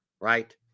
right